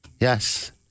Yes